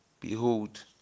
behold